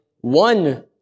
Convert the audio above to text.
one